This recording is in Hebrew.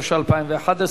התשע"א 2011,